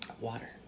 Water